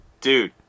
Dude